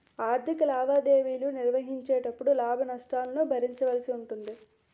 ఆర్ధిక లావాదేవీలు నిర్వహించేటపుడు లాభ నష్టాలను భరించవలసి ఉంటాది